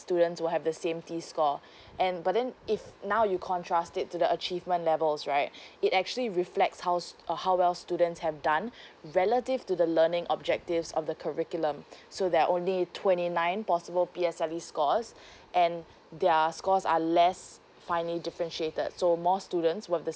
students will have the same T score and but then if now you contrast it to the achievement levels right it actually reflects how s~ uh how well students have done relative to the learning objectives of the curriculum so there're only twenty nine possible P_S_L_E scores and their scores are less finely differentiated so more students with the